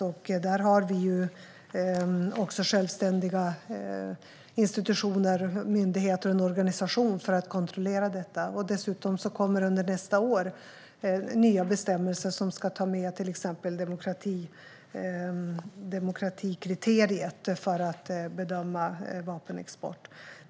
Vi har självständiga institutioner, myndigheter och en organisation för att kontrollera detta. Under nästa år kommer även nya bestämmelser där man till exempel ska ta med demokratikriteriet för att bedöma vapenexport.